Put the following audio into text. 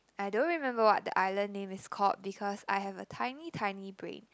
I don't remember what the island name is called because I have a tiny tiny brain